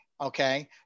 Okay